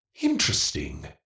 Interesting